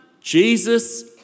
Jesus